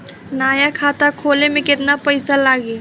नया खाता खोले मे केतना पईसा लागि?